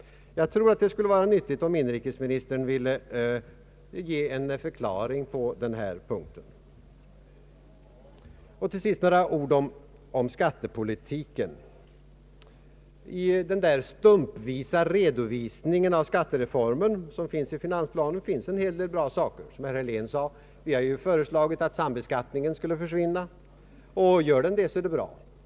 Jag tror att det skulle vara nyttigt om inrikesministern ville ge en förklaring på denna punkt. Till sist några ord om skattepolitiken. I den stumpvisa redovisningen av skattereformen som finns i finansplanen förekommer en hel del bra saker. Vi har, som herr Helén sade, föreslagit att sambeskattning skulle försvinna, och gör den det så är det bra.